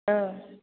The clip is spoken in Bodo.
ओं